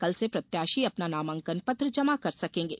कल से प्रत्याशी अपना नामांकन पत्र जमा कर सकेंगे